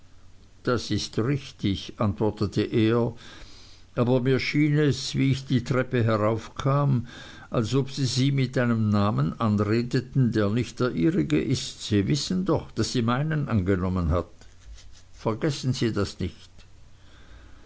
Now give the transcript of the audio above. das ist richtig antwortete er aber mir schien es wie ich die treppe heraufkam als ob sie sie mit einem namen anredeten der nicht der ihrige ist sie wissen doch daß sie meinen angenommen hat vergessen sie das nicht